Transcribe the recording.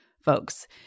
folks